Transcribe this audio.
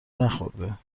نخورده